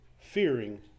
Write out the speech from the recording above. fearing